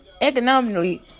economically